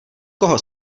koho